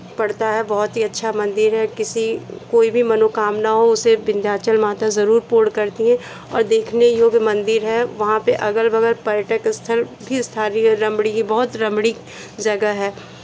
पड़ता है बहुत ही अच्छा मंदिर है किसी कोई भी मनोकामना हो उसे विंध्याचल माता ज़रूर पूर्ण करती हैं और देखने योग्य मंदिर है वहाँ पे अगल बगल पर्यटक स्थल भी स्थानीय रमणीय बहुत रमणीक जगह है